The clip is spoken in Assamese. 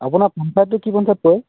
আপোনাৰ পঞ্চায়তটো কি পঞ্চায়ত পৰে